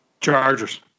Chargers